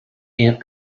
ant